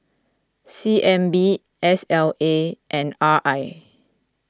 C N B S L A and R I